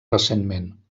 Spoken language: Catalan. recentment